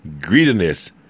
Greediness